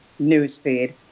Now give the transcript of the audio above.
newsfeed